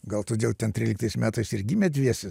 gal todėl ten tryliktais metais ir gimė dviese